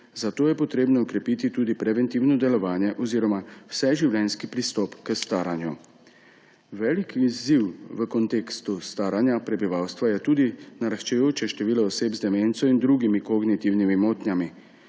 zato je treba okrepiti tudi preventivno delovanje oziroma vseživljenjski pristop k staranju. Velik izziv v kontekstu staranja prebivalstva je tudi naraščajoče število oseb z demenco in drugimi kognitivnimi motnjami.